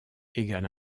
égale